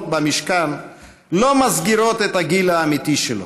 במשכן לא מסגירות את הגיל האמיתי שלו.